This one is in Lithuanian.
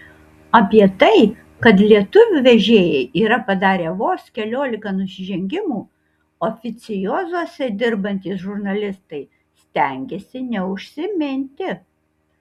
apie tai kad lietuvių vežėjai yra padarę vos keliolika nusižengimų oficiozuose dirbantys žurnalistai stengiasi neužsiminti